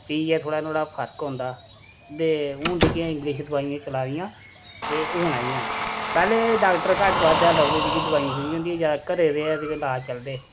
पियै थोह्ड़ा नुहाड़े ने थोह्ड़ा फर्क होंदा ते हून जेह्कियां इंग्लिश दोआइयां चला दियां एह् हून आइयां न पैह्लें डाक्टर घट्ट बद्ध लभदे जेह्के दोआइयां सोआइयां होंदियां घर दे ईलाज चलदे हे